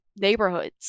neighborhoods